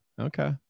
okay